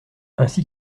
ainsi